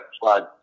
plug